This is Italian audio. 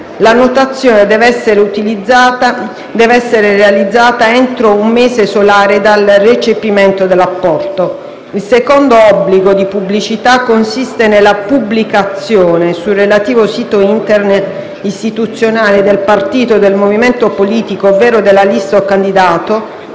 L'annotazione deve essere realizzata entro un mese solare dal recepimento dell'apporto. Il secondo obbligo di pubblicità consiste nella pubblicazione, sul relativo sito Internet istituzionale del partito o del movimento politico ovvero della lista o candidato,